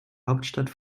hauptstadt